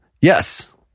Yes